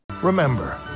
Remember